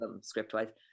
script-wise